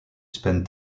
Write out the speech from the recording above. spend